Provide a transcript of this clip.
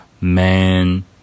man